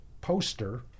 poster